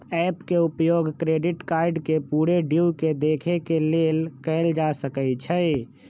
app के उपयोग credit card के पूरे ड्यू के देखे के लेल कएल जा सकइ छै